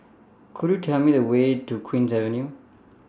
Could YOU Tell Me The Way to Queen's Avenue